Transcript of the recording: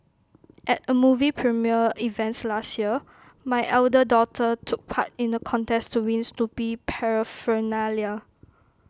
at A movie premiere event last year my elder daughter took part in the contest to wins Snoopy Paraphernalia